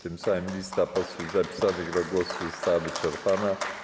Tym samym lista posłów zapisanych do głosu została wyczerpana.